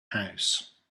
house